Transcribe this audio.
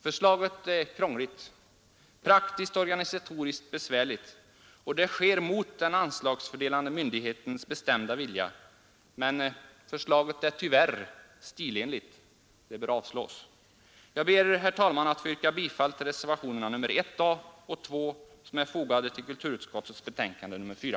Förslaget är krångligt och praktiskt organisatoriskt besvärligt, och det går mot den anslagsfördelande myndighetens bestämda vilja. Men förslaget är tyvärr stilenligt. Det bör avslås. Jag ber, herr talman, att få yrka bifall till reservationerna 1 a och 2, som är fogade till kulturutskottets betänkande nr 4.